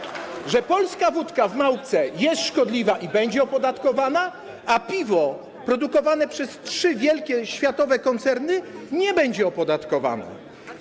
Jak to jest, że polska wódka w małpce jest szkodliwa i będzie opodatkowana, a piwo produkowane przez trzy wielkie światowe koncerny nie będzie opodatkowane.